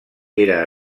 era